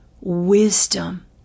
wisdom